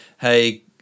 hey